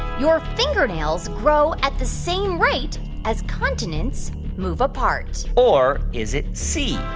your fingernails grow at the same rate as continents move apart? or is it c,